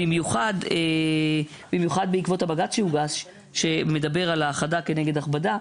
במיוחד בעקבות הבג"צ שהוגש שמדבר על האחדה כנגד הכבדה,